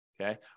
Okay